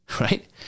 Right